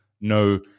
No